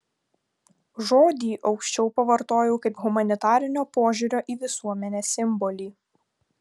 žodį aukščiau pavartojau kaip humanitarinio požiūrio į visuomenę simbolį